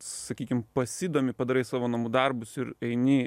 sakykim pasidomi padarai savo namų darbus ir eini